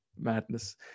madness